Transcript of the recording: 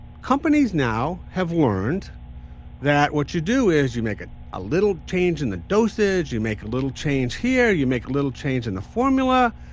companies now have learned that what you do is you make a a little change in the dosage, you make a little change here, you make a little change in the formula.